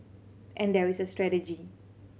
and there is a strategy